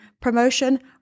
promotion